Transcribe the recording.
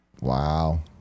Wow